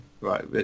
Right